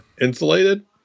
insulated